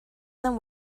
them